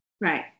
Right